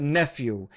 nephew